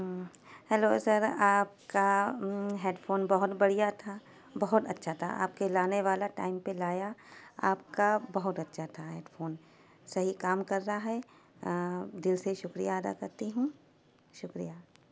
hello sir آپ کا headphone بہت بڑھیا تھا بہت اچھا تھا آپ کے لانے والا ٹائم پہ لایا آپ کا بہت اچھا تھا ہیڈ فون صحیح کام کر رہا ہے دل سے شکریہ ادا کرتی ہوں شکریہ